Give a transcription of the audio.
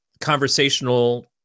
conversational